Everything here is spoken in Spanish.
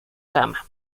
kama